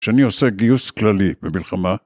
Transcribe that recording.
‫שאני עושה גיוס כללי במלחמה